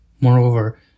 Moreover